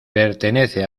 pertenece